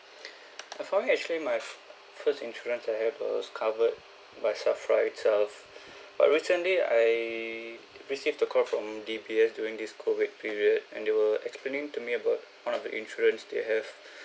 uh for me actually my first insurance I had was covered by SAFRA itself but recently I received a call from D_B_S during this COVID period and they were explaining to me about one of the insurance they have